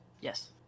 yes